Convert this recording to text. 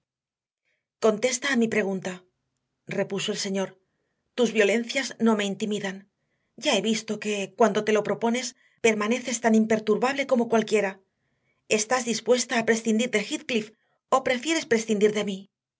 a mi pregunta repuso el señor tus violencias no me intimidan ya he visto que cuando te lo propones permaneces tan imperturbable como cualquiera estás dispuesta a prescindir de heathcliff o prefieres prescindir de mí